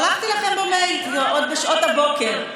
שלחתי לכם במייל עוד בשעות הבוקר,